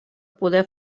poder